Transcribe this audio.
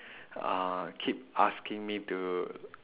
uh keep asking me to